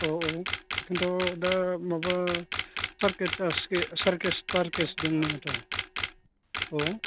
अह औ खिन्थु दा माबा पार्केट सार्कास पार्केस दंनो माथो औ